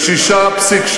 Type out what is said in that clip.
באבטלה של 6.2%,